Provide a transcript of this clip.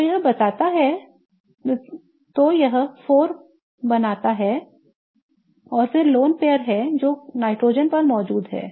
तो यह 4 बनाता है और फिर lone pair है जो नाइट्रोजन पर मौजूद है